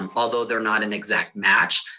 um although they're not an exact match,